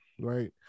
right